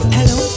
Hello